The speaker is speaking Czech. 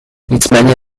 nicméně